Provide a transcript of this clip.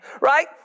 Right